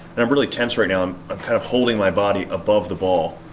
and i'm really tense right now. i'm i'm kind of holding my body above the ball.